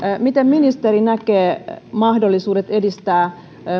miten ministeri näkee mahdollisuudet edistää